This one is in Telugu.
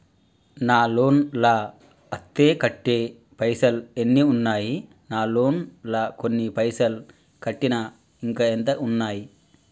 నా లోన్ లా అత్తే కట్టే పైసల్ ఎన్ని ఉన్నాయి నా లోన్ లా కొన్ని పైసల్ కట్టిన ఇంకా ఎంత ఉన్నాయి?